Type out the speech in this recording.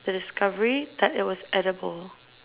the discovery that it was edible